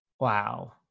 Wow